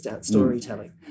storytelling